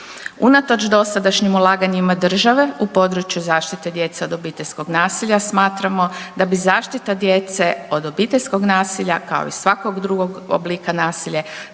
Unatoč dosadašnjim ulaganjima države u području zaštite djece od obiteljskog nasilja smatramo da bi zaštita djece od obiteljskog nasilja kao i svakog drugog oblika nasilja